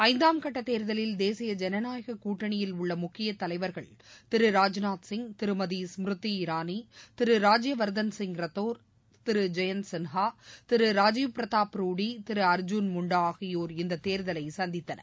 ஐந்தாம் கட்டத் தேர்தலில் தேசிய ஜனநாயக கூட்டணியில் உள்ள முக்கிய தலைவர்கள் ராஜ்நாத் இரானி திரு திரு ராஜ்யவர்தன் சிங் ரத்தோர் திரு ஜெயந்த் சின்ஹா திரு ராஜீவ் பிரதாப் ரூடி திரு அர்ஷூன் முண்டா ஆகியோர் இந்த தேர்தலை சந்தித்தனர்